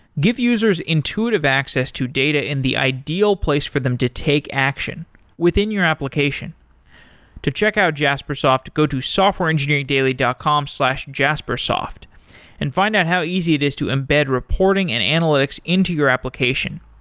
give users intuitive access to data in the ideal place for them to take action within your application to check out jaspersoft go to softwareengineeringdaily dot com slash jaspersoft and find out how easy it is to embed reporting and analytics into your application.